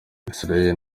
israel